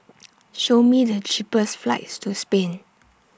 Show Me The cheapest flights to Spain